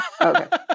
Okay